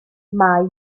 mai